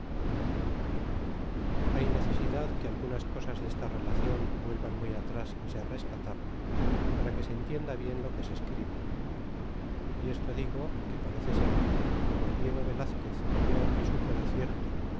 fray necesidad que algunas cosas desta lela io n vuelvan muy atras se rescatar para que se entienda bien lo que se escribe y esto digo que parece ser que como el diego velazquez vió y supo de cierto